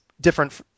different